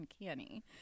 uncanny